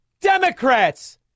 Democrats